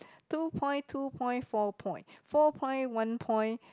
two point two point four point four point one point